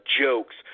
jokes